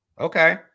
Okay